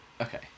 Okay